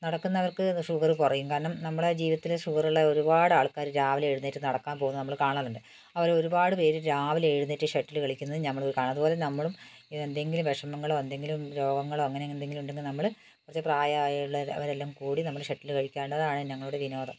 നടക്കുന്നവർക്ക് ഇ ന്നു ഷുഗർ കുറയും കാരണം നമ്മളെ ജീവിതത്തിൽ ഷുഗറുള്ള ഒരുപാടാൾക്കാർ രാവിലെയെഴുന്നേറ്റ് നടക്കാൻ പോകുന്നത് നമ്മൾ കാണലുണ്ട് അവർ ഒരുപാട് പേർ രാവിലെയെഴുന്നേറ്റ് ഷട്ടിൽ കളിക്കുന്നതും നമ്മൾ കാണാം അതുപോലെ നമ്മളും എന്തെങ്കിലും വിഷമങ്ങളോ എന്തെങ്കിലും രോഗങ്ങളോ അങ്ങനെ അങ്ങ് എന്തെങ്കിലും ഉണ്ടെങ്കിൽ നമ്മൾ കുറച്ച് പ്രായമുള്ള അവരെല്ലം കൂടി നമ്മൾ ഷട്ടിൽ കളിക്കേണ്ടതാണ് ഞങ്ങളുടെ വിനോദം